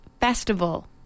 Festival